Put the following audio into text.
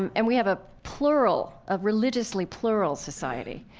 and and we have a plural, a religiously plural, society.